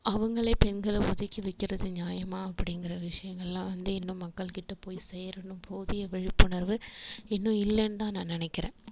அவங்களே பெண்களை ஒதுக்கி வைக்கிறது நியாயமா அப்படிங்கிற விஷயங்களெலாம் வந்து இன்னும் மக்கள்கிட்ட போய் சேரணும் போதிய விழிப்புணர்வு இன்னும் இல்லேன்னு தான் நான் நினைக்கிறேன்